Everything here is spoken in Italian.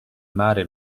mare